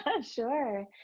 sure